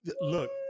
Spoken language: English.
look